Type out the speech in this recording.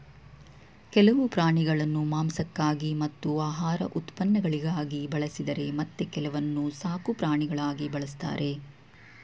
ಕೆಲವು ಪ್ರಾಣಿಗಳನ್ನು ಮಾಂಸಕ್ಕಾಗಿ ಮತ್ತು ಆಹಾರ ಉತ್ಪನ್ನಗಳಿಗಾಗಿ ಬಳಸಿದರೆ ಮತ್ತೆ ಕೆಲವನ್ನು ಸಾಕುಪ್ರಾಣಿಗಳಾಗಿ ಬಳ್ಸತ್ತರೆ